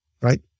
right